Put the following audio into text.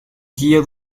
guía